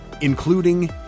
including